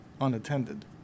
unattended